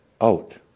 out